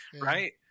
right